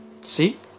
see